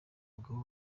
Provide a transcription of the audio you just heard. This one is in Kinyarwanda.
bagabo